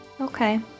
Okay